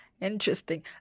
interesting